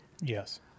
Yes